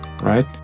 right